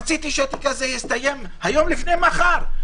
רציתי שהתיק יסתיים היום לפני מחר,